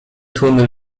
tłumy